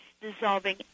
dissolving